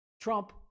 Trump